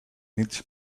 needs